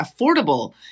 affordable